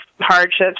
hardships